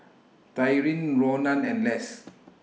Tyrin Ronan and Less